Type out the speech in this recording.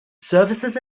services